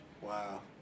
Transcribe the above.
Wow